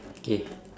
okay